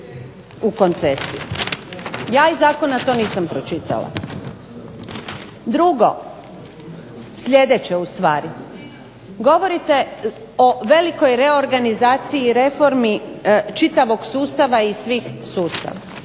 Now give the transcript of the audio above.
u koncesiju. Ja iz zakona to nisam pročitala. Drugo, sljedeće ustvari, govorite o velikoj reorganizaciji i reformi čitavog sustava i svih sustava.